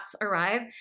arrive